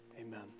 Amen